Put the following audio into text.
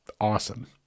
awesome